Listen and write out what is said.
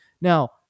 Now